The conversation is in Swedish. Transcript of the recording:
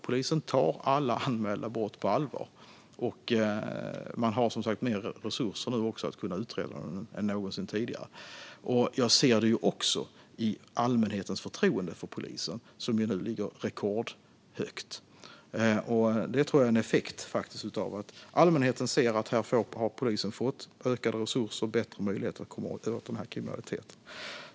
Polisen tar alla anmälda brott på allvar, och nu har man som sagt mer resurser än någonsin tidigare att kunna utreda. Jag ser det också i allmänhetens förtroende för polisen, som nu är rekordhögt, och jag tror att det är en effekt av att allmänheten ser att polisen har fått ökade resurser och bättre möjligheter att komma åt den här kriminaliteten.